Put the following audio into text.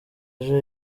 ejo